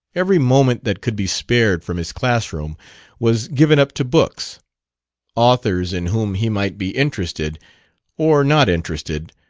every moment that could be spared from his classroom was given up to books authors in whom he might be interested or not interested,